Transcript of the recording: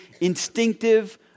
instinctive